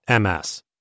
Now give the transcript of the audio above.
MS